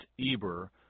Eber